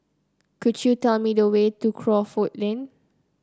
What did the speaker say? could you tell me the way to Crawford Lane